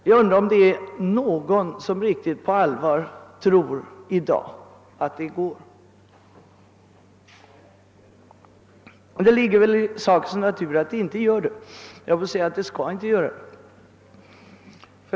Jag undrar om det är någon som i dag riktigt på allvar tror att det är möjligt. Det ligger i sakens natur att det inte är möjligt — jag höll på att säga att det inte skall vara det.